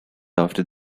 after